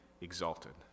exalted